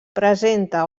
presenta